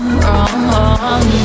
wrong